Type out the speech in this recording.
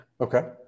okay